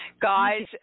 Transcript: guys